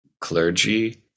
clergy